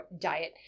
diet